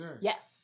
yes